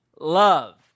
love